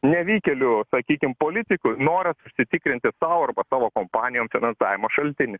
nevykėlių sakykim politikų noras užsitikrinti sau arba savo kompanijom finansavimo šaltinį